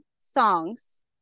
songs